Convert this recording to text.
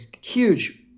huge